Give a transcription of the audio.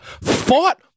fought